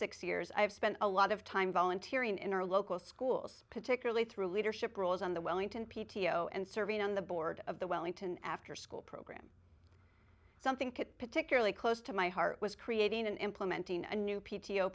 six years i've spent a lot of time volunteering in our local schools particularly through leadership roles on the wellington p t o and serving on the board of the wellington after school program some think it particularly close to my heart was creating and implementing a new p